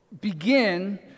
begin